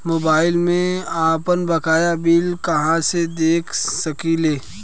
Mobile में आपनबकाया bill कहाँसे देख सकिले?